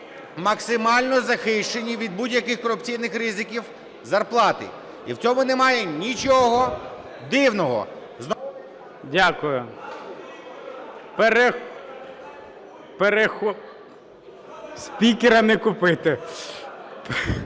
максимально захищені від будь-яких корупційних ризиків зарплати. І в цьому немає нічого дивного. ГОЛОВУЮЧИЙ. Дякую. (Шум у залі) Спікера не купити!